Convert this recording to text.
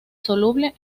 soluble